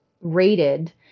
rated